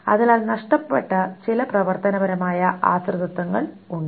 അതിനാൽ നഷ്ടപ്പെട്ട ചില പ്രവർത്തനപരമായ ആശ്രിതത്വങ്ങളുണ്ട്